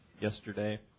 yesterday